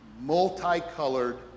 multicolored